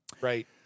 right